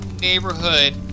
neighborhood